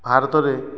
ଭାରତରେ